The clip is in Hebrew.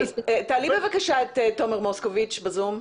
תעלו בבקשה את תומר מוסקוביץ בזום.